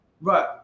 Right